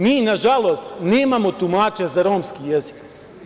Mi, nažalost, nemamo tumačenja za romski jezik.